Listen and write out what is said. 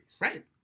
Right